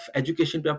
education